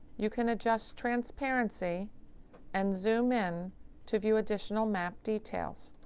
you can adjust transparency and zoom in to view additional map details.